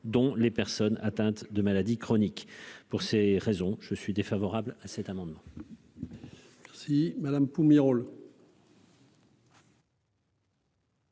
dont les personnes atteintes de maladies chroniques, pour ces raisons je suis défavorable à cet amendement.